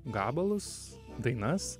gabalus dainas